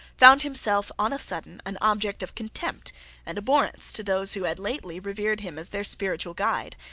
found himself on a sudden an object of contempt and abhorrence to those who had lately revered him as their spiritual guide,